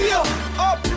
up